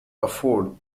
afford